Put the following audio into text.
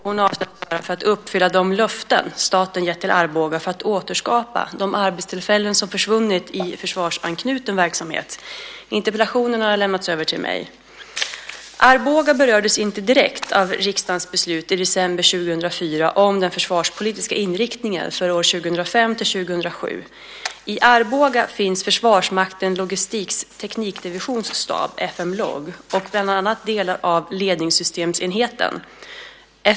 Herr talman! Jörgen Johansson har frågat försvarsministern vad hon avser att göra för att uppfylla de löften staten gett Arboga för att återskapa de arbetstillfällen som försvunnit i försvarsanknuten verksamhet. Interpellationen har lämnats över till mig. Arboga berördes inte direkt av riksdagens beslut i december 2004 om den försvarspolitiska inriktningen för åren 2005-2007. I Arboga finns Försvarsmaktens logistiks teknikdivisions stab, FM Log, och bland annat delar av ledningssystemenheten.